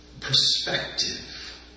perspective